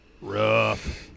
Rough